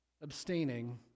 abstaining